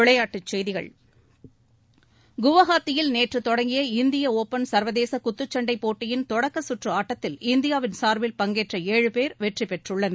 விளையாட்டுச்செய்திகள் குவஹாத்தியில் நேற்று தொடங்கிய இந்திய ஒப்பன் சர்வதேச குத்துச்சன்டைப் போட்டியின் தொடக்க சுற்று ஆட்டத்தில் இந்தியாவின் சார்பில் பங்கேற்ற ஏழு பேர் வெற்றி பெற்றுள்ளனர்